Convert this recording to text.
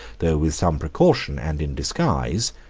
though with some precaution, and in disguise,